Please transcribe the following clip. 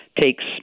takes